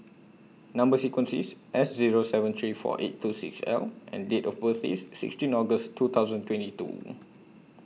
Number sequence IS S Zero seven three four eight two six L and Date of birth IS sixteen August two thousand twenty two